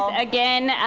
again.